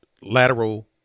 lateral